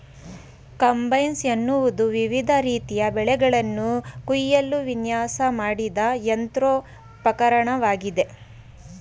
combines ಎನ್ನುವುದು ವಿವಿಧ ರೀತಿಯ ಬೆಳೆಗಳನ್ನು ಕುಯ್ಯಲು ವಿನ್ಯಾಸ ಮಾಡಿದ ಯಂತ್ರೋಪಕರಣವಾಗಿದೆ